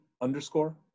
underscore